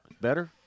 better